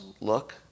look